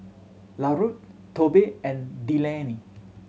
Larue Tobe and Delaney